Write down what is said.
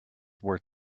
worth